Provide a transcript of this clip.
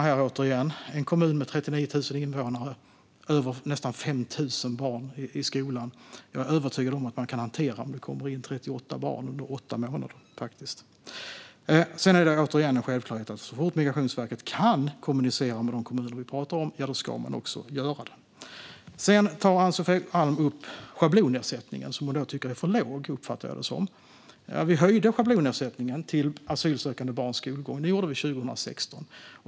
Jag är övertygad om att en kommun med 39 000 invånare och nästan 5 000 barn i skolan faktiskt kan hantera om det kommer in 38 barn under åtta månader. Sedan är det återigen en självklarhet att så fort Migrationsverket kan kommunicera med de kommuner vi pratar om, ja, då ska man också göra det. Ann-Sofie Alm tar sedan upp schablonersättningen som hon tycker är för låg, uppfattar jag det som. Vi höjde schablonersättningen till asylsökande barns skolgång 2016.